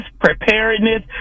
preparedness